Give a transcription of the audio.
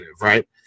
right